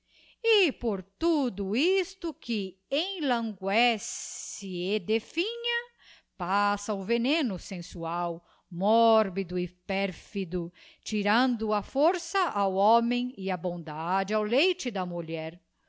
e por tudo isto que enlanguesce e definha passa o veneno sensual mórbido e pérfido tirando a força ao liomem e a bondade ao leite da mulher